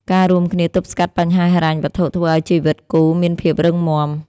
ការរួមគ្នាទប់ស្កាត់បញ្ហាហិរញ្ញវត្ថុធ្វើឱ្យជីវិតគូរមានភាពរឹងមាំ។